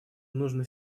нужно